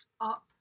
Up